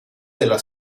della